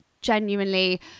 genuinely